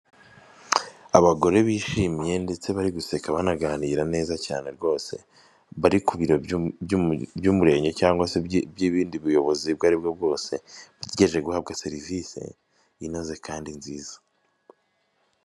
Icyapa kimenyesha n'icyapa cyerekana ko hari ikigo cy'amashuri naho abanyamaguru bambukira; icyapa cyerekana nyarugenge pashoni pulaza, n'aho icyapa cy'amashuri kigarukira.